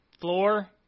Floor